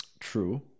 true